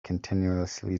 continuously